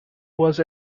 was